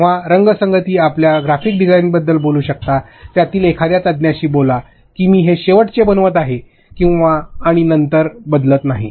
आपल्या रंगसंगती आपल्या ग्राफिक डिझाइनर्सशी बोलू शकता त्यातील एखाद्या तज्ञाशी बोला की मी हे शेवटचे बनवित आहे आणि नंतर बदलत नाही